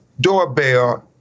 doorbell